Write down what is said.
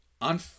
On